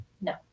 No